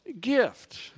gift